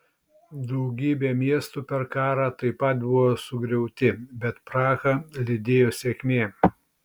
daugybė miestų per karą taip pat buvo sugriauti bet prahą lydėjo sėkmė